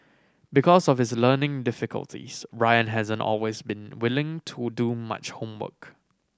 because of his learning difficulties Ryan hasn't always been willing to do much homework